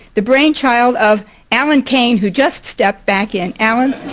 the brainchild of alan kane who just stepped back in, alan.